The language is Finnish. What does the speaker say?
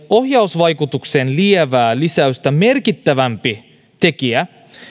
ohjausvaikutuksen lievää lisäystä merkittävämpi tekijä